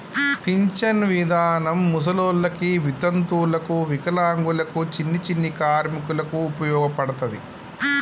pension విధానం ముసలోళ్ళకి వితంతువులకు వికలాంగులకు చిన్ని చిన్ని కార్మికులకు ఉపయోగపడతది